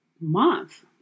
month